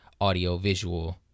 audio-visual